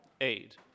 aid